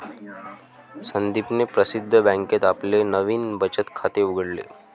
संदीपने प्रसिद्ध बँकेत आपले नवीन बचत खाते उघडले